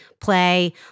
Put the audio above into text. play